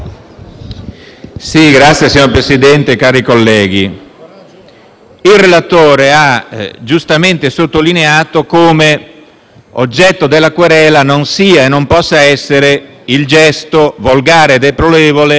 *(FdI)*. Signor Presidente, colleghi, il relatore ha giustamente sottolineato come oggetto della querela non sia e non possa essere il gesto, volgare e deplorevole,